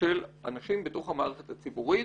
של אנשים בתוך המערכת הציבורית,